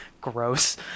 Gross